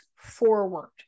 Forward